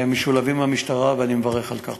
המשולבים עם המשטרה, ואני מברך על כך.